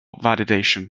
validation